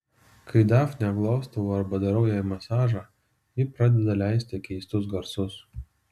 kai dafnę glostau arba darau jai masažą ji pradeda leisti keistus garsus